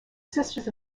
sisters